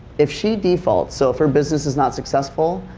if she defaults, so if her business is not successful,